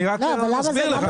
אני רק מסביר לך.